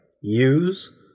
use